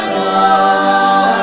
love